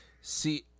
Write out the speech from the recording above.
See